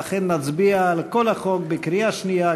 ולכן נצביע על כל החוק בקריאה שנייה,